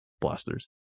blasters